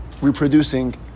reproducing